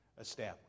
established